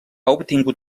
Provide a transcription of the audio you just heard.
obtingut